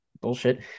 Bullshit